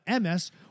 MS